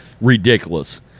Ridiculous